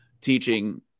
teaching